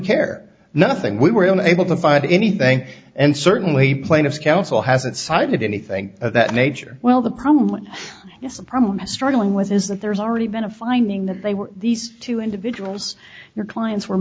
care nothing we were unable to find anything and certainly plaintiff's counsel hasn't cited anything of that nature well the problem is a problem struggling with his that there's already been a finding that they were these two individuals your clients were